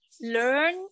learn